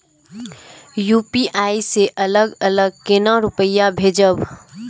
UPI से अलग अलग केना रुपया भेजब